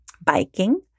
Biking